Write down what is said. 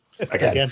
Again